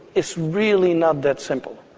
is really not that simple.